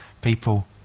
people